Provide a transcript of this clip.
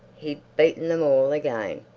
he'd beaten them all again.